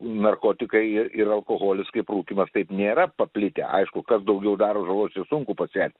narkotikai ir alkoholis kaip rūkymas taip nėra paplitę aišku kas daugiau daro žalos čia sunku pasvert